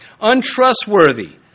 Untrustworthy